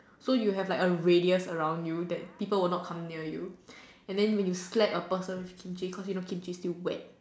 so you have like a radius around you that people will not come near you and then when you slap a person with Kimchi cause you know Kimchi still wet